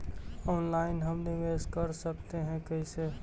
Online हम निवेश कर सकते है, कैसे?